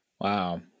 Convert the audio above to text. Wow